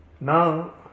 now